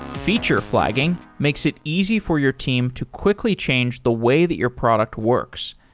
feature flagging makes it easy for your team to quickly change the way that your product works,